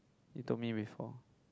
you told me before